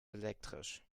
elektrisch